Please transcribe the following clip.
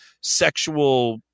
sexual